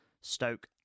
Stoke